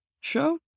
show